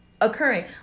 occurring